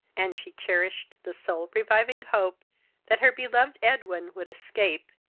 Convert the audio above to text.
and she cherished the soul-reviving hope that her beloved edwin would escape,